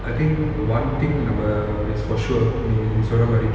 I think one thing நம்ம:namma is for sure is நீ சொன்ன மாதிரி:nee onna mathiri